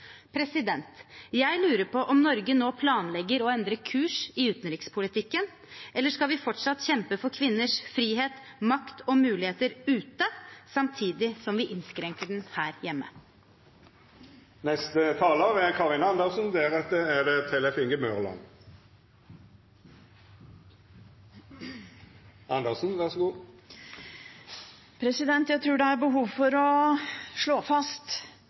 Jeg lurer på om Norge nå planlegger å endre kurs i utenrikspolitikken – eller skal vi fortsatt kjempe for kvinners frihet, makt og muligheter ute, samtidig som vi innskrenker dem her hjemme. Jeg tror det er behov for å slå fast: Kvinner er sjøl i stand til å ta etisk vanskelige valg når det